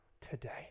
today